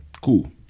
Cool